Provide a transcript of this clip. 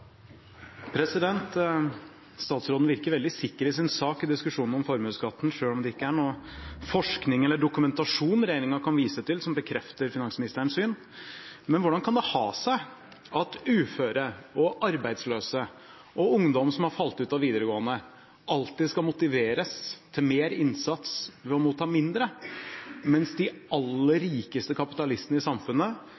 Statsråden virker veldig sikker i sin sak i diskusjonen om formuesskatten, selv om det ikke er noe forskning eller dokumentasjon regjeringen kan vise til som bekrefter finansministerens syn. Men hvordan kan det ha seg at uføre, arbeidsløse og ungdom som har falt ut av videregående, alltid skal motiveres til mer innsats ved å motta mindre, mens de aller